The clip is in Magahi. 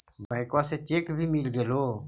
बैंकवा से चेक भी मिलगेलो?